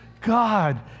God